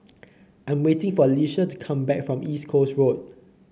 I am waiting for Alecia to come back from East Coast Road